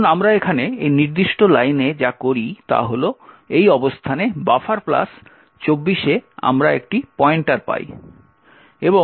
এখন আমরা এখানে এই নির্দিষ্ট লাইনে যা করি তা হল এই অবস্থানে বাফার প্লাস 24 এ আমরা একটি পয়েন্টার পাই